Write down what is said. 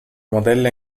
modella